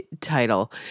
title